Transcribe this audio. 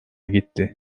gitti